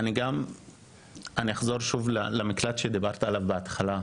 אני אחזור שוב למקלט שדיברתי עליו בהתחלה.